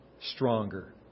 stronger